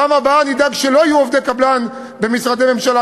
בפעם הבאה נדאג שלא יהיו עובדי קבלן במשרדי ממשלה.